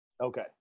Okay